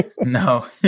No